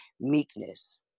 meekness